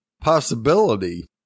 possibility